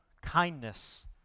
kindness